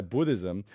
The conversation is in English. Buddhism